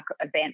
event